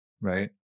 right